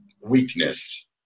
weakness